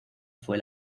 fue